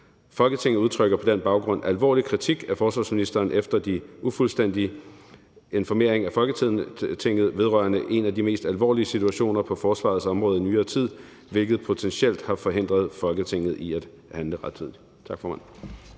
Folketinget udtrykker på den baggrund alvorlig kritik af forsvarsministeren efter den ufuldstændige informering af Folketinget vedrørende en af de mest alvorlige situationer på forsvarets område i nyere tid, hvilket potentielt har forhindret Folketinget i at handle rettidigt.«